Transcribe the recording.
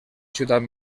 ciutat